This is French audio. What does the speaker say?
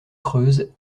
creuse